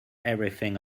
everything